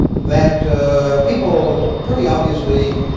that people pretty obviously